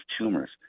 tumors